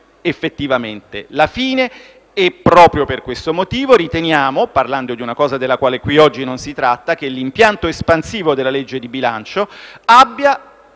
effettivamente la fine. E proprio per questo motivo riteniamo - parlando di una cosa della quale qui oggi non si tratta - che l'impianto espansivo della legge di bilancio abbia